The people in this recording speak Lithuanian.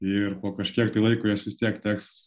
ir po kažkiek tai laiko juos vis tiek teks